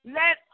let